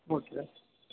okay